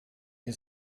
wir